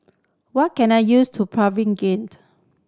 what can I used to Pregained